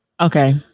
okay